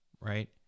Right